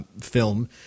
film